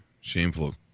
Shameful